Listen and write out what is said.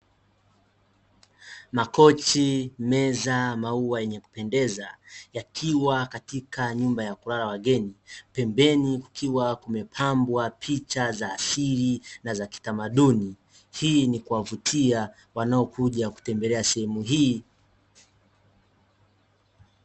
Makochi, meza, maua yenye kupendeza yakiwa katika nyumba ya kulala wageni pembeni kukiwa kumepambwa picha za asili na za kitamaduni; hii ni kuwavutia wanaokuja kutembelea sehemu hii.